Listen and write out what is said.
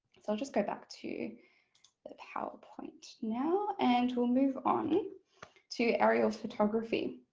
so i'll just go back to the powerpoint now and we'll move on to aerial photography.